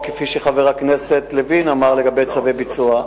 או כפי שחבר הכנסת לוין אמר, לגבי צווי ביצוע.